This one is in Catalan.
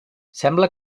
sembla